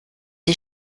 die